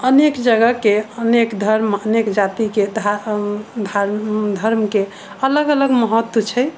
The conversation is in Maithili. अनेक जगह के अनेक धर्म अनेक जाति के धा धर्म धर्म के अलग अलग महत्व छै